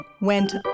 went